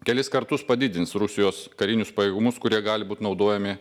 kelis kartus padidins rusijos karinius pajėgumus kurie gali būt naudojami